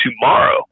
tomorrow